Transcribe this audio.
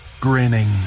grinning